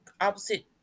opposite